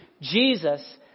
Jesus